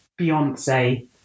beyonce